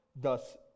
Thus